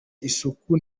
isuku